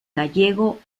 gallego